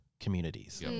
communities